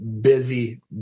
busy